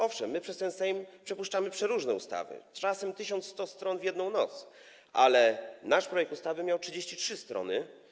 Owszem, my przez ten Sejm przepuszczamy przeróżne ustawy, czasem 1100 stron w jedną noc, ale nasz projekt ustawy miał 33 strony.